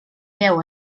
veu